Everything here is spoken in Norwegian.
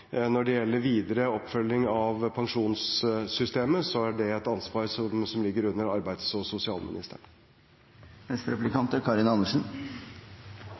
Når det gjelder videre oppfølging av pensjonssystemet, er det et ansvar som ligger under arbeids- og sosialministeren. Hvordan vi som myndigheter stiller krav, er